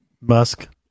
musk